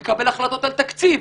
הוא מקבל החלטות על תקציב.